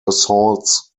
assaults